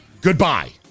Goodbye